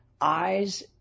Eyes